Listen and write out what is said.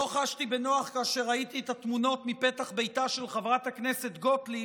לא חשתי בנוח כאשר ראיתי את התמונות מפתח ביתה של חברת הכנסת גוטליב,